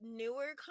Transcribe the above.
newer